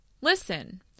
Listen